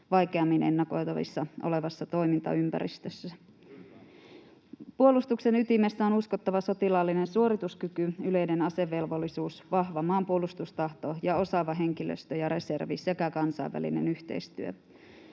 vaikeammin ennakoitavissa olevassa toimintaympäristössä. Puolustuksen ytimessä on uskottava sotilaallinen suorituskyky, yleinen asevelvollisuus, vahva maanpuolustustahto ja osaava henkilöstö ja reservi sekä kansainvälinen yhteistyö.